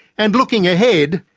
and looking ahead,